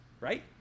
right